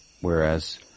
whereas